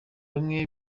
bamwe